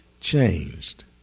changed